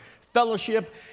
fellowship